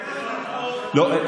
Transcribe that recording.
איך נתמוך,